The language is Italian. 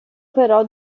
però